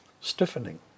stiffening